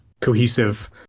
cohesive